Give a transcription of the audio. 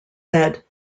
said